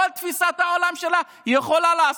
את כל תפיסת העולם שלה היא יכולה לעשות,